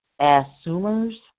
assumers